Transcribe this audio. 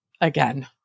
again